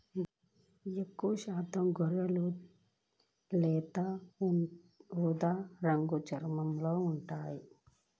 ఎక్కువశాతం గొర్రెలు లేత ఊదా రంగు చర్మంతో ఉంటాయి